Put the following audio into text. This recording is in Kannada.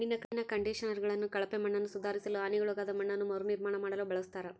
ಮಣ್ಣಿನ ಕಂಡಿಷನರ್ಗಳನ್ನು ಕಳಪೆ ಮಣ್ಣನ್ನುಸುಧಾರಿಸಲು ಹಾನಿಗೊಳಗಾದ ಮಣ್ಣನ್ನು ಮರುನಿರ್ಮಾಣ ಮಾಡಲು ಬಳಸ್ತರ